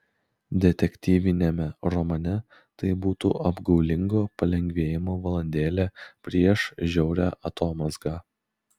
detektyviniame romane tai būtų apgaulingo palengvėjimo valandėlė prieš žiaurią atomazgą